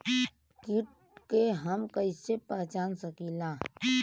कीट के हम कईसे पहचान सकीला